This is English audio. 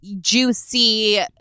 juicy